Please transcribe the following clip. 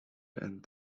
and